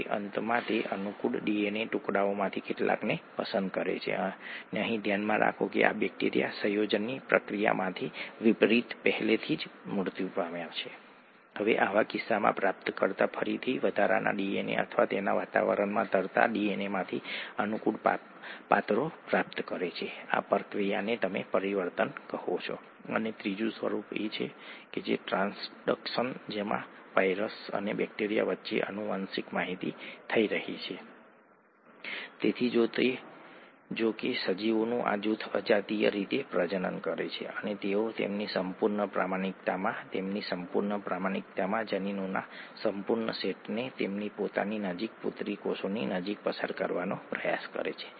જ્યારે કોષ દ્વારા એસિડને માધ્યમમાં દાખલ કરવામાં આવે છે ત્યારે મધ્યમ pH વધુ નીચે જાય છે હાઇડ્રોનિયમ આયન હાઇડ્રોક્સાઇડ આયન સાંદ્રતામાં ફેરફાર થાય છે H વત્તા જે હાઇડ્રોનિયમ આયન બનાવે છે અને તેથી તે ઉપર જવાનું શરૂ કરે છે pH નીચે જવાનું શરૂ કરે છે